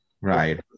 right